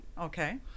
Okay